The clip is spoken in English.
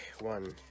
one